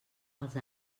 els